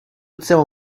tell